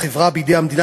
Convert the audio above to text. החברה בידי המדינה,